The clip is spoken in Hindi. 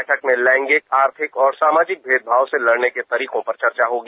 बैठक में लैंगिक आर्थिक और सामाजिक भेदभाव से लड़ने के तरीकों पर चर्चा होगी